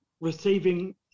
receiving